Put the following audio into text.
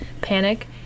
panic